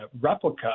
replica